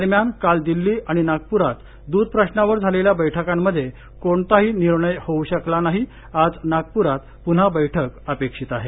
दरम्यान काल दिल्ली आणि नागप्रात दुध प्रशावर झालेल्या बैठकांमध्ये कोणताही निर्णय होऊ शकला नाही आज नागपुरात पुन्हा बैठक अपेक्षित आहे